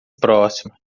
próximo